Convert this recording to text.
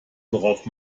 worauf